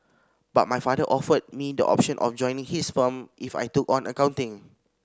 but my father offered me the option of joining his firm if I took on accounting